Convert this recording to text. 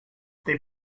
they